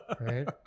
Right